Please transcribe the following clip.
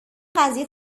قضیه